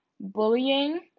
Bullying